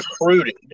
recruited